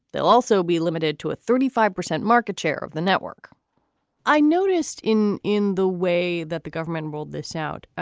they'll also be limited to thirty five percent market share of the network i noticed in in the way that the government ruled this out. ah